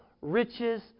riches